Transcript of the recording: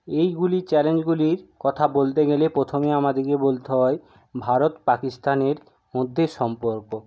এইগুলি চ্যালেঞ্জেগুলির কথা বলতে গেলে প্রথমে আমাদিকে বলতে হয় ভারত পাকিস্তানের মধ্যের সম্পর্ক